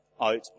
out